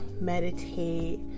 meditate